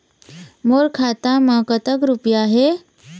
मोर खाता मैं कतक रुपया हे?